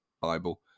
bible